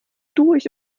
durch